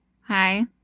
hi